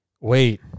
wait